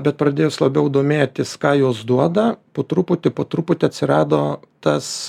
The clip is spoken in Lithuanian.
bet pradėjęs labiau domėtis ką jos duoda po truputį po truputį atsirado tas